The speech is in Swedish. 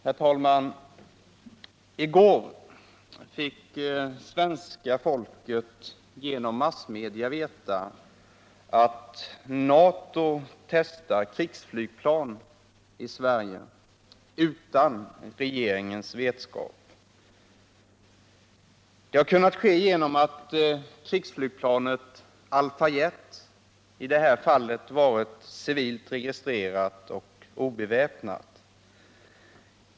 Herr talman! I går fick svenska folket genom massmedia veta att NATO testar krigsflygplan i Sverige utan regeringens vetskap. Detta har kunnat ske genom att krigsflygplanet Alpha-Jet i det här fallet varit civilregistrerat och obeväpnat.